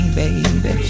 baby